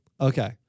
Okay